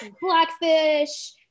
Blackfish